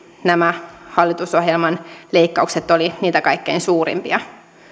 nämä hallitusohjelman leikkaukset olivat niitä kaikkein suurimpia